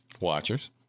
watchers